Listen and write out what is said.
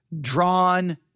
drawn